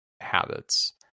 habits